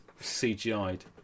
CGI'd